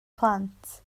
plant